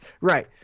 Right